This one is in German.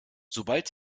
sobald